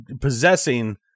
possessing